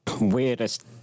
weirdest